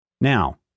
Now